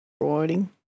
Writing